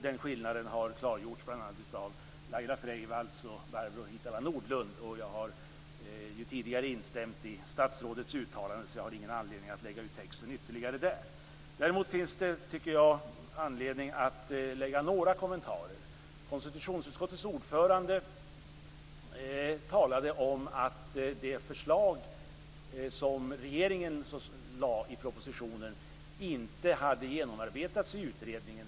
Den skillnaden har klargjorts av bl.a. Laila Freivalds och Barbro Hietala Nordlund. Jag har tidigare instämt i statsrådets uttalande, så jag har ingen anledning att lägga ut texten ytterligare där. Däremot finns det anledning att lägga fram några kommentarer. Konstitutionsutskottets ordförande talade om att det förslag som regeringen lade fram i propositionen inte hade genomarbetats i utredningen.